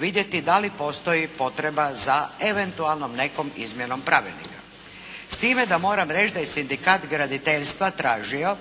vidjeti da li postoji potreba za eventualnom nekom izmjenom pravilnika. S time da moram reći da je Sindikat graditeljstva tražio